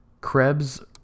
Krebs